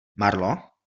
marlo